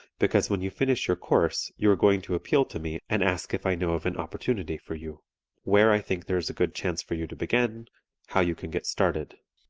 because when you finish your course you are going to appeal to me and ask if i know of an opportunity for you where i think there is a good chance for you to begin how you can get started.